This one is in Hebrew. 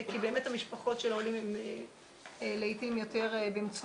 כי באמת המשפחות של העולים הן לעתים יותר במצוקה.